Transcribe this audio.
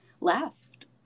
left